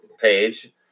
page